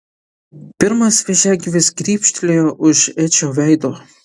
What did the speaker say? pirmas vėžiagyvis grybštelėjo už edžio veido